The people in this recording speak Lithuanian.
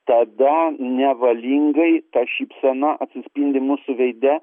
tada nevalingai ta šypsena atsispindi mūsų veide